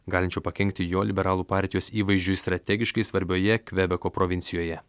galinčio pakenkti jo liberalų partijos įvaizdžiui strategiškai svarbioje kvebeko provincijoje